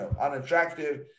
unattractive